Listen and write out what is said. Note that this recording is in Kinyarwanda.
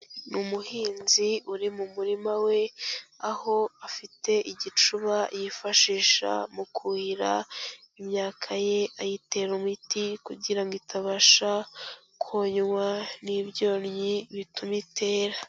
Ni umuhinzi uri mu murima we, aho afite igicuba yifashisha mu kuhira imyaka ye ayitera imiti, kugira ngo itabasha konwa n'ibyonnyi bituma itera.